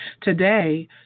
Today